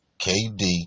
KD